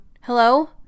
hello